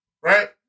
right